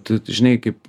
tu tu žinai kaip